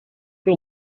teu